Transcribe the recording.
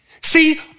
See